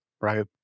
right